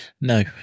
No